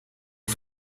die